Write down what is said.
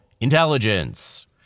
intelligence